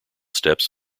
steps